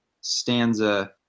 stanza